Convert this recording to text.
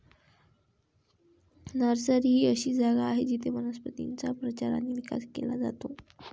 nursery ही अशी जागा आहे जिथे वनस्पतींचा प्रचार आणि विकास केला जातो